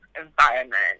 environment